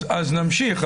אז נמשיך,